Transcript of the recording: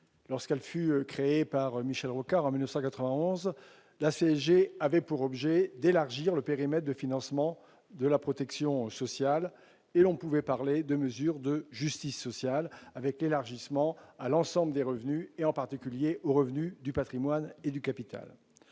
lorsqu'elle fut créée par Michel Rocard en 1991 la CGT avait pour objet d'élargir le périmètre de financement de la protection sociale et l'on pouvait parler de mesure de justice sociale avec l'élargissement à l'ensemble des revenus et en particulier aux revenus du Patrimoine et du capital,